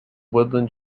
woodland